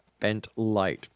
bentlight